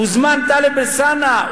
הוזמן טלב אלסאנע,